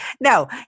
No